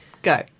Go